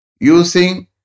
using